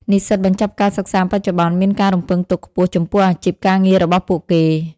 និស្សិតបញ្ចប់ការសិក្សាបច្ចុប្បន្នមានការរំពឹងទុកខ្ពស់ចំពោះអាជីពការងាររបស់ពួកគេ។